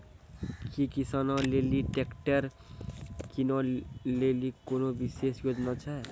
कि किसानो लेली ट्रैक्टर किनै लेली कोनो विशेष योजना छै?